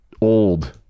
old